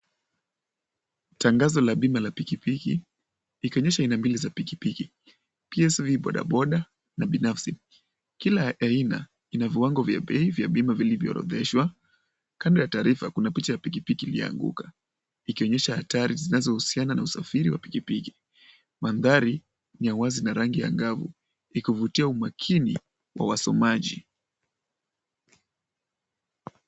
Tangazo la bima ya pikipiki ikionyesha aina mbili za pikipiki, PSV bodaboda na binafsi. Kila aina ina viwango vya bei vya bima vilivyoorodheshwa. Kando ya taarifa kuna picha ya pikipiki iliyoanguka ikionyesha hatari zinazohusiana na usafiri wa pikipiki. Mandhari ni ya wazi na rangi angavu ikivutia umakini wa wasomaji.